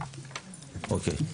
רגע,